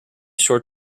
short